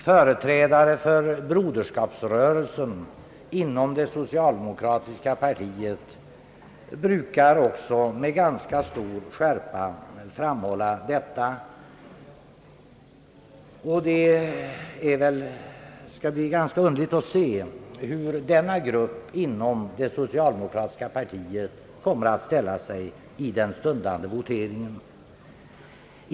Företrädare för broderskapsrörelsen inom det socialdemokratiska partiet brukar också med ganska stor skärpa framhålla detta. Det skall bli ganska intressant att se, hur denna grupp inom det socialdemokratiska partiet kommer att ställa sig i den stundande voteringen.